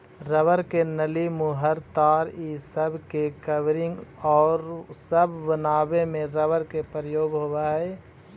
rubber के नली, मुहर, तार इ सब के कवरिंग औउर सब बनावे में रबर के प्रयोग होवऽ हई